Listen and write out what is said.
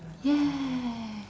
ya